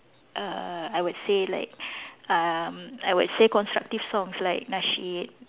uh I would say like um I would say constructive songs like nasyid